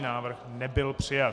Návrh nebyl přijat.